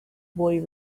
boy